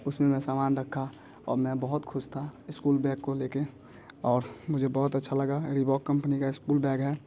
उसमें मैं समान रखा और मैं बहुत ख़ुश था इस्कूल बैग को ले कर और मुझे बहुत अच्छा लगा रिबॉक कंपनी का इस्कूल बैग है